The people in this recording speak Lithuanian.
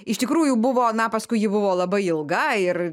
iš tikrųjų buvo na paskui ji buvo labai ilga ir